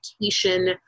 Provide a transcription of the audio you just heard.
education